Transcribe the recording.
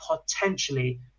potentially